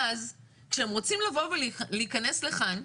ואז כשהם רוצים לבוא ולהיכנס לכאן,